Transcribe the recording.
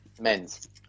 Men's